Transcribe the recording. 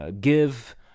give